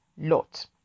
Lot